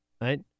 Right